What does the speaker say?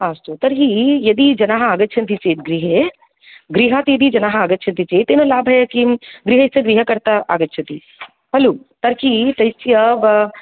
अस्तु तर्हि यदि जनाः आगच्छन्ति चेत् गृहे गृहात् यदि जनाः आगच्छन्ति चेत् तेन लाभाय किं गृहस्य गृहकर्ता आगच्छति खलु तर्हि तस्य ब